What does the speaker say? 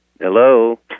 Hello